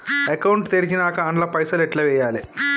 Account తెరిచినాక అండ్ల పైసల్ ఎట్ల వేయాలే?